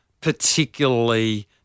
particularly